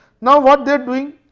now what they are doing,